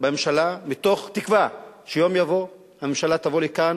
בממשלה מתוך תקווה שיום יבוא והממשלה תבוא לכאן